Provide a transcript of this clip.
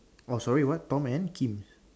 oh sorry what Tom and Kim